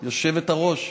היושבת-ראש.